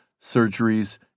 surgeries